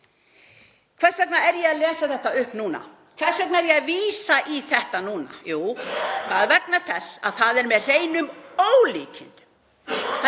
Hvers vegna er ég að lesa þetta upp núna? Hvers vegna er ég að vísa í þetta núna? Jú, það er vegna þess að það er með hreinum ólíkindum